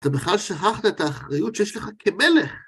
אתה בכלל שכחת את האחריות שיש לך כמלך.